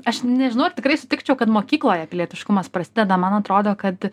aš nežinau ar tikrai sutikčiau kad mokykloje pilietiškumas prasideda man atrodo kad